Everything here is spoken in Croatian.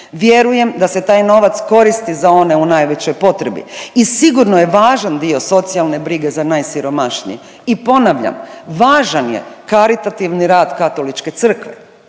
Vjerujem da se taj novac koristi za one u najvećoj potrebi i sigurno je važan dio socijalne brige za najsiromašnije. I ponavljam važan je karitativni rad Katoličke crkve.